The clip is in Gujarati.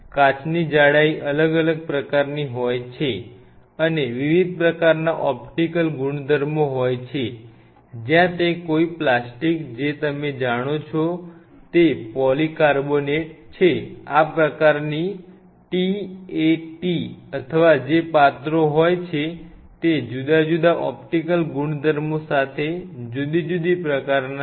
કાચની જાડાઈ અલગ અલગ પ્રકારની હોય છે અને વિવિધ પ્રકારના ઓપ્ટિકલ ગુણધર્મો હોય છે જ્યાં તે કોઈ પ્લાસ્ટિક જે તમે જાણો છો તે પોલિર્કાર્બોનેટ છે આ પ્રકારની t a t અથવા જે પાત્રો હોય છે તે જુદા જુદા ઓપ્ટિકલ ગુણધર્મો સાથે જુદી જુદી સામગ્રીના છે